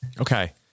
Okay